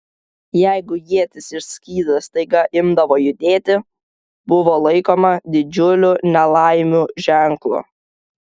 jeigu ietis ir skydas staiga imdavo judėti buvo laikoma didžiulių nelaimių ženklu